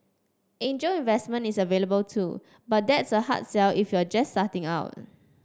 angel investment is available too but that's a hard sell if you're just starting out